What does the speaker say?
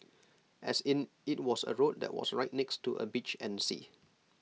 as in IT was A road that was right next to A beach and sea